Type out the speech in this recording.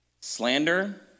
slander